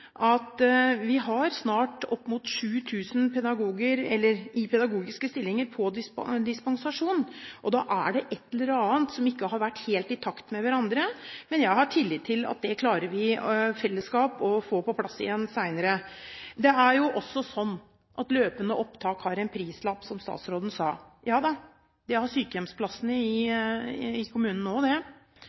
at vi snart har opp mot 7 000 pedagoger, pedagogiske stillinger, som har dispensasjon, og da er det et eller annet som ikke har vært helt i takt med hverandre. Men jeg har tillit til at vi i fellesskap klarer å få det på plass igjen senere. Det er jo også sånn at løpende opptak har en prislapp, som statsråden sa. Det har jo også sykehjemsplassene i kommunene – og det